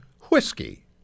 Whiskey